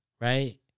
right